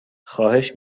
خواهش